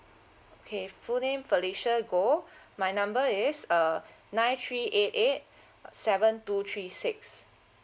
okay full name felicia goh my number is uh nine three eight eight uh seven two three six